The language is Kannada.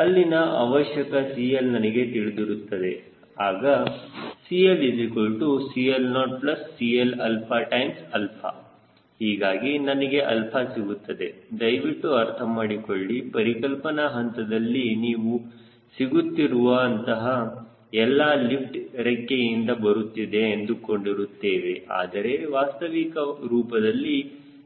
ಅಲ್ಲಿನ ಅವಶ್ಯಕ CL ನನಗೆ ತಿಳಿದಿರುತ್ತದೆ ಆಗ 𝐶L 𝐶LO 𝐶Lα𝛼 ಹೀಗಾಗಿ ನನಗೆ ಅಲ್ಪ ಸಿಗುತ್ತದೆ ದಯವಿಟ್ಟು ಅರ್ಥ ಮಾಡಿಕೊಳ್ಳಿ ಪರಿಕಲ್ಪನಾ ಹಂತದಲ್ಲಿ ನೀವು ಸಿಗುತ್ತಿರುವ ಅಂತಹ ಎಲ್ಲಾ ಲಿಫ್ಟ್ ರೆಕ್ಕೆಯಿಂದ ಬರುತ್ತಿದೆ ಎಂದುಕೊಂಡಿರುತ್ತೇವೆ ಆದರೆ ವಾಸ್ತವಿಕ ರೂಪದಲ್ಲಿ